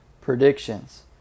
predictions